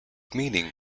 meaning